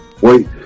Wait